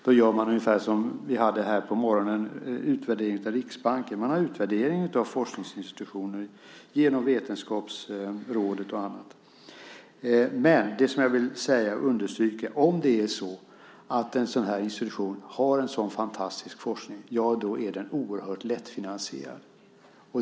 Då gör man ungefär som det vi tog del av här på morgonen, utvärderingen av Riksbanken. Man gör en utvärdering av forskningsinstitutioner genom Vetenskapsrådet och andra. Men det jag ville understryka var att om en sådan här institution har en sådan fantastisk forskning, då är den oerhört lättfinansierad.